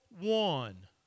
one